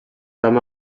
from